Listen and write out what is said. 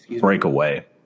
breakaway